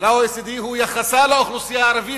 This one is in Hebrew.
ל-OECD היא: יחסה לאוכלוסייה הערבית,